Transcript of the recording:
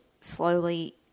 slowly